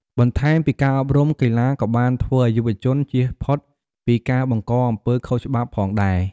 បន្ថែមពីការអប់រំ កីឡាក៏បានធ្វើឲ្យយុវជនជៀសផុតពីការបង្កអំពើខុសច្បាប់ផងដែរ។